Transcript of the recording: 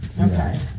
Okay